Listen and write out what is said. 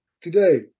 today